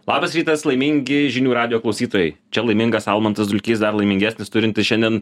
labas rytas laimingi žinių radijo klausytojai čia laimingas almantas dulkys dar laimingesnis turintis šiandien